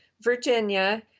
Virginia